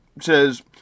says